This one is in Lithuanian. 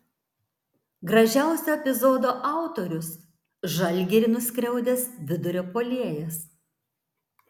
gražiausio epizodo autorius žalgirį nuskriaudęs vidurio puolėjas